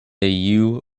you